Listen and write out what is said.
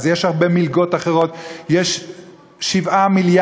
אז יש הרבה מלגות אחרות,